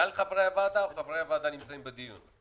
כלל חברי הוועדה או חברי הוועדה שנמצאים בדיון?